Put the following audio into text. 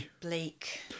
Bleak